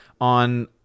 on